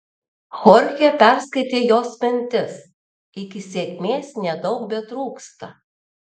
chorchė perskaitė jos mintis iki sėkmės nedaug betrūksta